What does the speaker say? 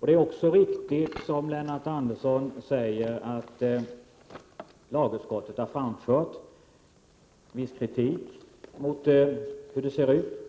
Det är också riktigt, som Lennart Andersson säger, att lagutskottet har framfört viss kritik mot systemets utformning.